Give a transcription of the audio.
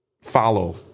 Follow